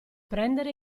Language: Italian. prendere